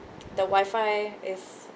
the wifi is